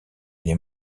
les